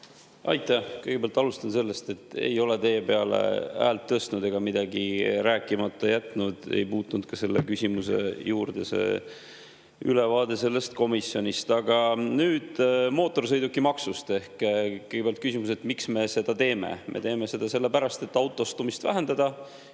Aitäh! Kõigepealt alustan sellest, et ma ei ole teie peale häält tõstnud ega midagi rääkimata jätnud. Ei puutunud ka küsimusse see ülevaade komisjonist. Aga nüüd mootorsõidukimaksust. Kõigepealt küsimus, miks me seda teeme. Me teeme seda sellepärast, et autostumist vähendada,